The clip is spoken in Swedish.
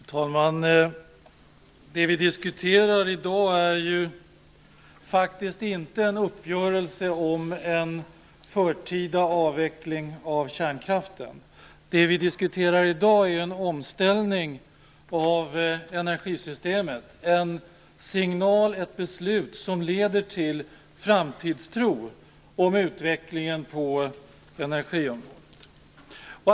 Fru talman! Det vi diskuterar i dag är faktiskt inte en uppgörelse om förtida avveckling av kärnkraften. Det vi diskuterar är en omställning av energisystemet, ett beslut som leder till framtidstro inför utvecklingen på energiområdet.